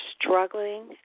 struggling